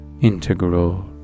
integral